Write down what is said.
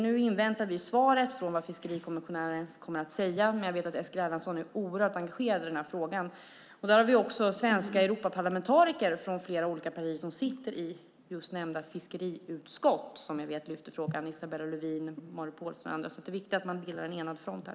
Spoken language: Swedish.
Nu inväntar vi svaret från fiskerikommissionären. Jag vet att Eskil Erlandsson är oerhört engagerad i frågan. Svenska Europaparlamentariker från flera olika partier sitter i fiskeriutskottet, som vi vet lyfter frågan, bland andra Isabella Lövin och Marit Paulsen. Det är viktigt att man driver en enad front här.